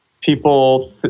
people